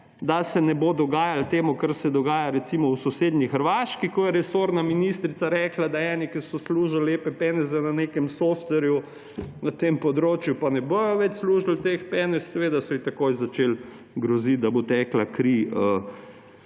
da se ne bo dogajalo to, kar se dogaja, recimo, v sosednji Hrvaški, ko je resorna ministrica rekla, da eni, ki so služili lepe peneze v nekem software na tem področju, pa ne bodo več služili teh penez. Seveda so ji takoj začeli groziti, da bo tekla kri